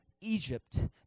egypt